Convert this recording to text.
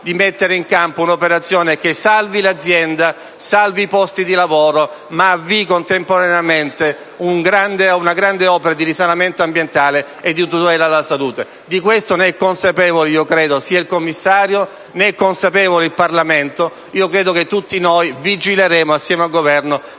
di mettere in campo un'operazione che salvi l'azienda e i posti di lavoro, ma avvii contemporaneamente una grande opera di risanamento ambientale e di tutela della salute. Di tutto ciò sono consapevoli, credo, sia il commissario che il Parlamento. Tutti noi vigileremo insieme al Governo